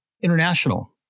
international